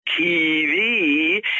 TV